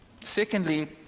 Secondly